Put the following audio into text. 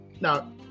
Now